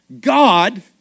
God